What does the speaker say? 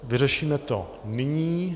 Vyřešíme to nyní.